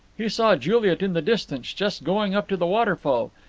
he saw juliet in the distance, just going up to the waterfall,